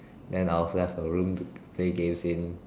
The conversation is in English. then I'll also have a room to play games in